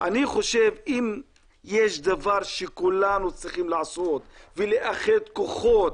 אני חושב אם יש דבר שכולנו צריכים לעשות ולאחד כוחות,